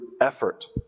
effort